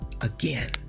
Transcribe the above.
again